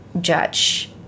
judge